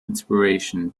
inspiration